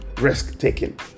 risk-taking